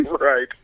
Right